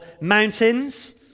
mountains